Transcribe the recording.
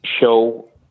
show